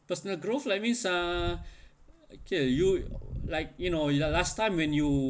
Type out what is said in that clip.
personal growth like means uh okay you like you know last time when you